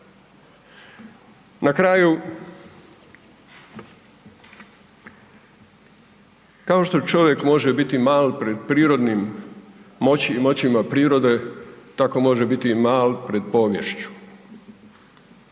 Na kraju kao što čovjek može biti mal pred prirodnim, moćima prirode tako može biti i mal pred poviješću,